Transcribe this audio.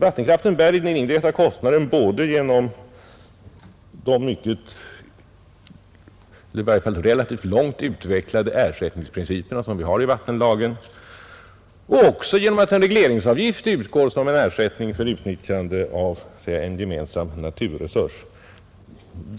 Vattenkraften bär de indirekta kostnaderna dels genom de relativt långt utvecklade ersättningsprinciperna i vattenlagen, dels genom att en regleringsavgift uttas som ersättning för utnyttjande av en gemensam naturresurs.